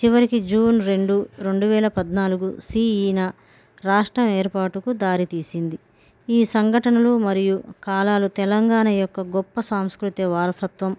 చివరికి జూన్ రెండు రెండు వేల పద్నాలుగు సిఈన రాష్ట్రం ఏర్పాటుకు దారితీసింది ఈ సంఘటనలు మరియు కాలాలు తెలంగాణ యొక్క గొప్ప సాంస్కృతి వారసత్వం